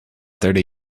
thirty